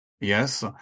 Yes